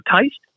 taste